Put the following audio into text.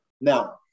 Now